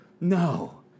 No